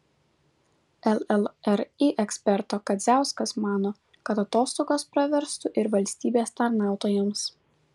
llri eksperto kadziauskas mano kad atostogos praverstų ir valstybės tarnautojams